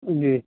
جی